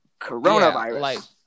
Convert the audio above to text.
coronavirus